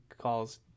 calls